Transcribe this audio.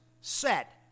set